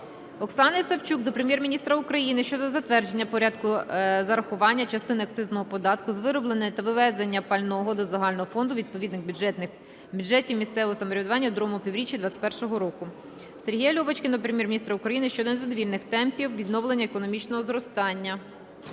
Оксани Савчук до Прем'єр-міністра України щодо затвердження порядку зарахування частини акцизного податку з виробленого та ввезеного пального до загального фонду відповідних бюджетів місцевого самоврядування у другому півріччі 2021 року. Сергія Льовочкіна до Прем'єр-міністра України щодо незадовільних темпів відновлення економічного зростання.